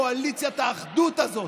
קואליציית האחדות הזאת,